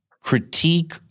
critique